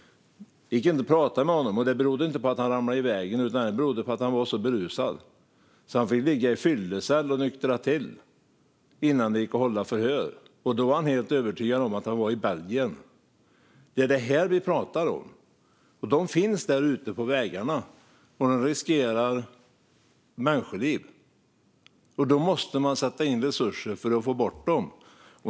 Det gick inte att prata med honom, och det berodde inte på att han ramlat i vägen utan på att han var så berusad. Han fick ligga i fyllecell och nyktra till innan det gick att hålla förhör, och då var han övertygad om att han var i Belgien. Det är detta vi pratar om. De finns där ute på vägarna och riskerar människoliv. Då måste vi sätta in resurser för att få bort dem.